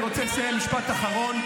באמת, אני רוצה לסיים משפט אחרון.